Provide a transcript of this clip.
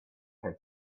had